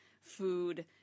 food